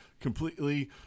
completely